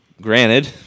Granted